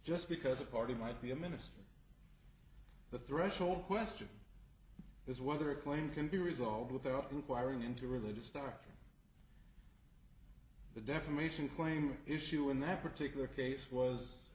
just because a party might be a minister the threshold question is whether a claim can be resolved without inquiring into religious starker the defamation claim issue in that particular case was